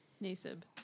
Nasib